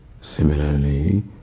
Similarly